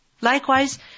Likewise